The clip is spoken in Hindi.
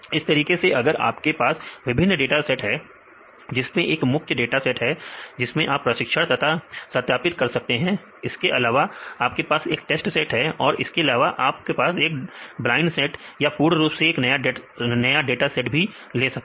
इसी तरीके से अगर आपके पास विभिन्न डाटा सेट है जिसमें एक मुख्य डाटा सेट है जिसको आप प्रशिक्षण तथा सत्यापित कर सकते हैं इसके अलावा आपके पास एक टेस्ट सेट है और इसके अलावा आप ब्लाइंड डाटा या पूर्ण रूप से नए डाटा भी ले सकते हैं